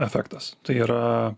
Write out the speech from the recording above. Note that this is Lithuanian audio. efektas tai yra